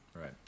right